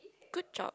good job